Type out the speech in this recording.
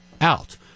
out